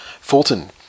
Fulton